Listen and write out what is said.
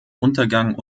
untergang